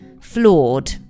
flawed